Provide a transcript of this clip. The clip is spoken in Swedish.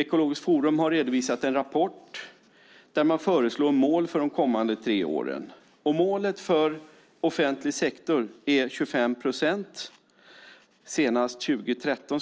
Ekologiskt Forum har redovisat en rapport där man föreslår mål för de kommande tre åren. Målet för offentlig sektor är att inriktningsmålet 25 procent ska uppnås senast 2013.